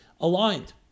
aligned